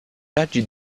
raggi